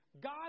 God